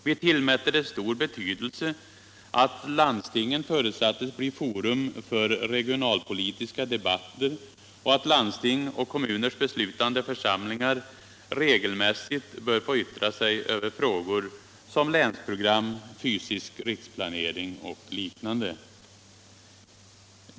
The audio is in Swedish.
Vi tillmätte det stor betydelse att landstingen förutsattes bli fora för regionalpolitiska debatter och att landstings och kommuners beslutande församlingar regelmässigt bör få yttra sig över frågor som länsprogram, fysisk riksplanering och liknande.